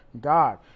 God